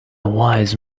wise